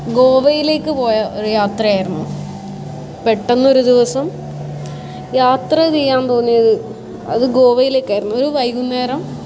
ഗോവയിലേക്ക് പോയ ഒരു യാത്രയായിരുന്നു പെട്ടെന്നൊരു ദിവസം യാത്ര ചെയ്യാൻ തോന്നിയത് അത് ഗോവയിലെക്കായിരുന്നു ഒരു വൈകുന്നേരം